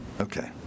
Okay